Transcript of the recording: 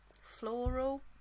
Floral